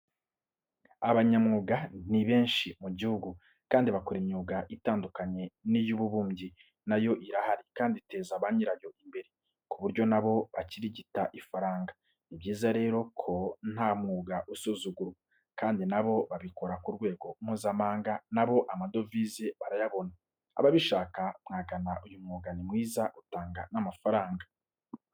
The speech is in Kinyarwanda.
Abanyamyuga ni benshi mu gihugu kandi bakora imyuga itandukanye n'iy'ububumbyi na yo irahari kandi iteza ba nyirayo imbere, ku buryo na bo bakirigita ifaranga. Ni byiza rero ko ntamwuga usuzugurwa, kandi na bo babikora ku rwego Mpuzamahanga na bo amadovize barayabona. Ababishaka mwagana uyu mwuga ni mwiza utanga n'amafaranga.